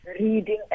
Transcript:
reading